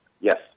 Yes